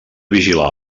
vigilar